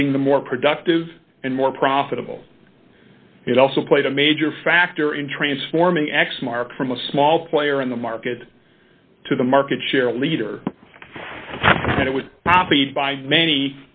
making the more productive and more profitable it also played a major factor in transforming xmarks from a small player in the market to the market share leader it was poppy by many